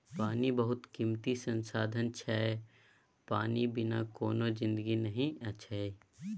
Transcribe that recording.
पानि बहुत कीमती संसाधन छै पानि बिनु कोनो जिनगी नहि अछि